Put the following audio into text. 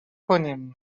کنیم